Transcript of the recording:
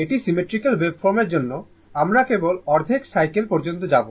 একটি সিমেট্রিক্যাল ওয়েভফর্মের জন্য আমরা কেবল অর্ধেক সাইকেল পর্যন্ত যাব